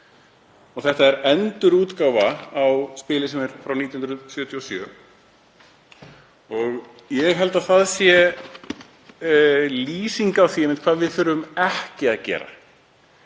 Þetta er endurútgáfa á spili sem er frá 1977 og ég held að það sé lýsing á því hvað við þurfum ekki að gera.